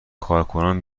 کارکنان